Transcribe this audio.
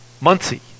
Muncie